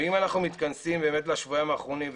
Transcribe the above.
ואם אנחנו מתכנסים לשבועיים האחרונים,